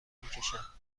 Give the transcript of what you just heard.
میکشند